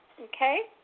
Okay